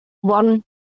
one